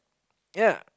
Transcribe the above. ya